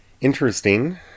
interesting